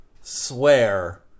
swear